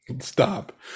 stop